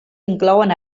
inclouen